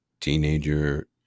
teenager